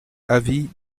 avis